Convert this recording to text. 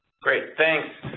great, thanks.